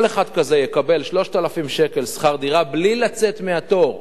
כל אחד כזה יקבל 3,000 שקל שכר דירה בלי לצאת מהתור.